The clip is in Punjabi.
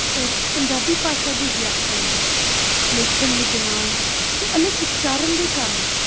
ਪਰ ਪੰਜਾਬੀ ਭਾਸ਼ਾ ਦੀ ਵਿਆਕਰਨ ਲੇਖਣ ਵਿਗਿਆਨ ਅਤੇ ਅਲੱਗ ਉਚਾਰਨ ਦੇ ਕਾਰਨ